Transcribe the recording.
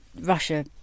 Russia